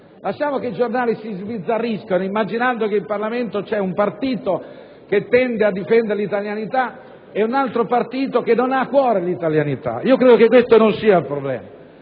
lasciamo che i giornali si sbizzarriscano immaginando che in Parlamento ci siano un partito che tende a difendere l'italianità e un altro che non l'ha a cuore. Credo che questo non sia un problema.